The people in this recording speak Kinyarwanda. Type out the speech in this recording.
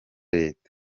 leta